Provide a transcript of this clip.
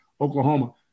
Oklahoma